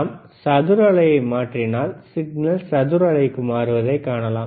நாம் சதுர அலையை மாற்றினால் சிக்னல் சதுர அலைக்கு மாறுவதை காணலாம்